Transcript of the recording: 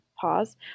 pause